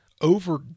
over